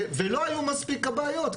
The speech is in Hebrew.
ולא היו מספיק כבאיות,